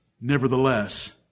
Nevertheless